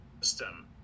system